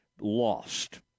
lost